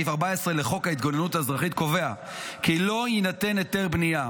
סעיף 14 לחוק ההתגוננות האזרחית קובע כי לא יינתן היתר בנייה,